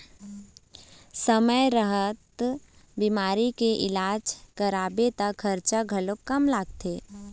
समे रहत बिमारी के इलाज कराबे त खरचा घलोक कम लागथे